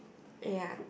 ya